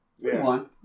One